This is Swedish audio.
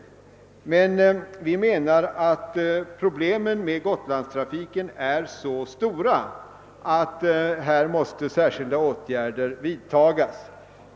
Vi menar emellertid att problemen med Gotlandstrafiken är så stora att särskilda åtgärder måste vidtas.